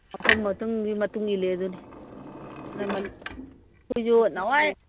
ꯃꯐꯝ ꯃꯇꯝꯒꯤ ꯃꯇꯨꯡ ꯏꯜꯂꯦ ꯍꯥꯏꯗꯨꯅꯤ ꯑꯗꯨꯅ ꯑꯩꯈꯣꯏꯁꯨ ꯅꯍꯥꯋꯥꯏ